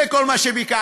זה כל מה שביקשנו,